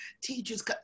teachers